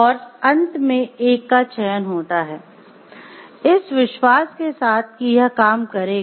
और अंत में एक का चयन होता है इस विश्वास के साथ कि यह काम करेगा